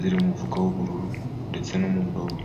ziri mu mufuka w'ubururu ndetse no mu ndobo.